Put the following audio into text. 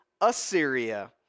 Assyria